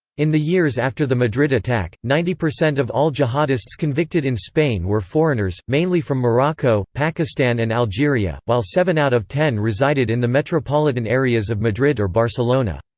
in the years after the madrid attack, ninety percent of all jihadists convicted in spain were foreigners, mainly from morocco, pakistan and algeria, while seven out of ten resided in the metropolitan areas of madrid or barcelona.